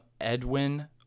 edwin